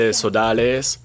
sodales